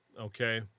Okay